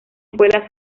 escuela